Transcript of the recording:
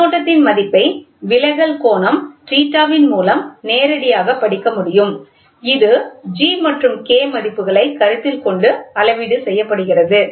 மின்னோட்டத்தின் மதிப்பை விலகல் கோணம் θ ன் மூலம் நேரடியாக படிக்க முடியும் இது G மற்றும் K மதிப்புகளைக் கருத்தில் கொண்டு அளவீடு செய்யப்படுகிறது